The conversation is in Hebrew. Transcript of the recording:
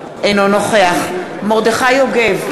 אינו נוכח מרדכי יוגב,